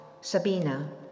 Sabina